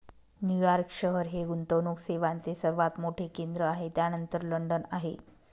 New York शहर हे गुंतवणूक सेवांचे सर्वात मोठे केंद्र आहे त्यानंतर लंडन आहे